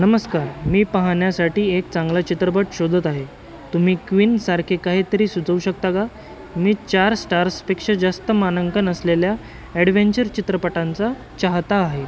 नमस्कार मी पाहण्यासाठी एक चांगला चित्रपट शोधत आहे तुम्ही क्विनसारखे काहीतरी सुचवू शकता का मी चार स्टार्सपेक्षा जास्त मानांकन असलेल्या ॲडवेंचर चित्रपटांचा चाहता आहे